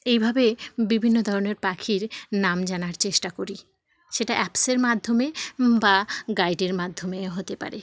এইভাবে বিভিন্ন ধরনের পাখির নাম জানার চেষ্টা করি সেটা অ্যাপসের মাধ্যমে বা গাইডের মাধ্যমে হতে পারে